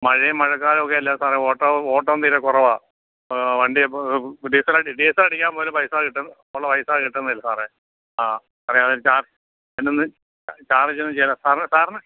മഴയും മഴക്കാലവക്കെ അല്ലെ സാറെ ഓട്ടം ഓട്ടം തീരെക്കുറവാണു വണ്ടി അപ്പം ഡീസലടി ഡീസലടിക്കാമ്പോലും പൈസ കിട്ടുന്നില്ല ഉള്ള പൈസ കിട്ടുന്നില്ല സാറെ ആ അതെ അതെ സാറെ എന്നൊന്ന് സാറ് ക്ഷമിച്ചാലെ സാറ് സാർന് സാർന്